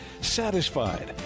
Satisfied